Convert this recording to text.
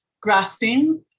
grasping